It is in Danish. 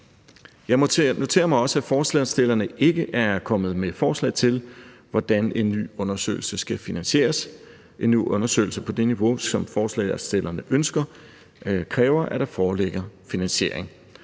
Jeg noterer mig også, at forslagsstillerne ikke er kommet med forslag til, hvordan en ny undersøgelse skal finansieres. En ny undersøgelse på det niveau, som forslagsstillerne ønsker, kræver, at der foreligger finansiering.